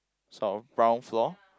so brown floor